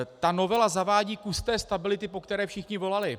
Ta novela zavádí kus stability, po které všichni volali.